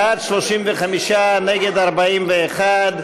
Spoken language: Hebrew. בעד, 35, נגד, 41,